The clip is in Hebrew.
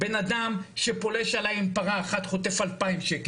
בן אדם שפולש אלי עם פרה אחת חוטף אלפיים שקל.